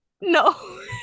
no